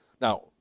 Now